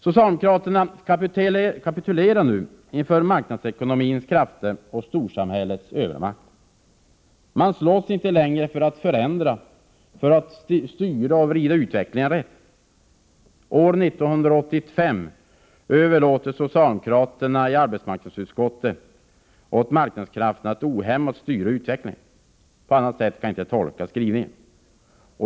Socialdemokraterna kapitulerar nu inför marknadsekonomins krafter och storsamhällets övermakt. Man slåss inte längre för att förändra, för att styra och vrida utvecklingen rätt. År 1985 överlåter socialdemokraterna i arbetsmarknadsutskottet åt marknadskrafterna att ohämmat styra utvecklingen. På annat sätt kan jag inte tolka skrivningen.